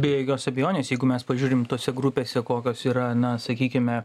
be jokios abejonės jeigu mes pažiūrim tose grupėse kokios yra na sakykime